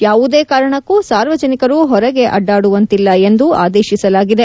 ಯಾವುದೇ ಕಾರಣಕ್ಕೂ ಸಾರ್ವಜನಿಕರು ಹೊರಗೆ ಅಡ್ಡಾಡುವಂತಿಲ್ಲ ಎಂದು ಆದೇಶಿಸಲಾಗಿದೆ